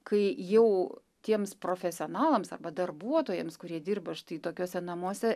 kai jau tiems profesionalams arba darbuotojams kurie dirba štai tokiuose namuose